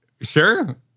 Sure